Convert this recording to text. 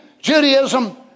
Judaism